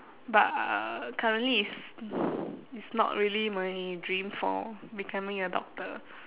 but uh currently it's it's not really my dream for becoming a doctor